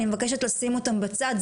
אני מבקשת לשים אותם בצד,